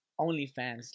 OnlyFans